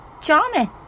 charming